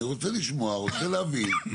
אני רוצה לשמוע, רוצה להבין.